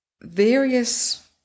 various